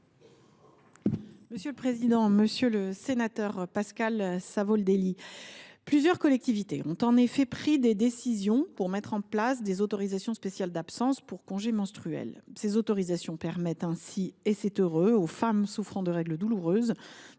ministre déléguée. Monsieur le sénateur Pascal Savoldelli, plusieurs collectivités ont en effet pris la décision de mettre en place des autorisations spéciales d’absence (ASA) pour congé menstruel. Ces autorisations permettent ainsi, et c’est heureux, aux femmes souffrant de règles douloureuses,